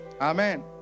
Amen